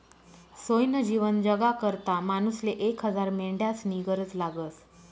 सोयनं जीवन जगाकरता मानूसले एक हजार मेंढ्यास्नी गरज लागस